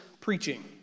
preaching